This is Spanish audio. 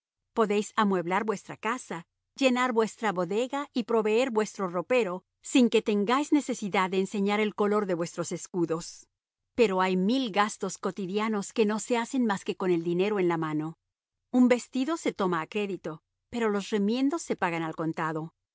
podéis amueblar vuestra casa llenar vuestra bodega y proveer vuestro ropero sin que tengáis necesidad de enseñar el color de vuestros escudos pero hay mil gastos cotidianos que no se hacen más que con el dinero en la mano un vestido se toma a crédito pero los remiendos se pagan al contado